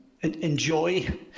enjoy